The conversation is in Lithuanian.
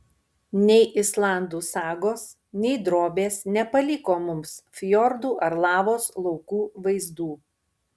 nei islandų sagos nei drobės nepaliko mums fjordų ar lavos laukų vaizdų